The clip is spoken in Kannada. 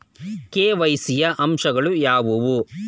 ಕೆ.ವೈ.ಸಿ ಯ ಅಂಶಗಳು ಯಾವುವು?